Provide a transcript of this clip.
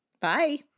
Bye